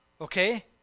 Okay